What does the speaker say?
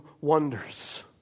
wonders